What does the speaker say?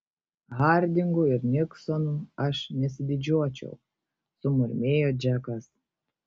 hardingu ir niksonu aš nesididžiuočiau sumurmėjo džekas